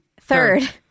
third